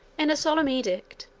in a solemn edict,